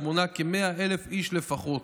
המונה כ-100,000 איש לפחות.